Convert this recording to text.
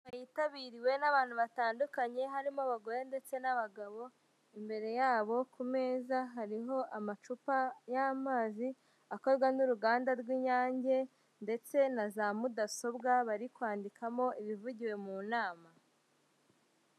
Inama yitabiriwe n'abantu batandukanye harimo abagore ndetse n'abagabo imbere yabo ku meza harimo amacupa y'amazi akorwa n'uruganda rw'inyange ndetse na za mudasobwa bari kwandikamo ibivugiwe mu nama.